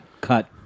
cut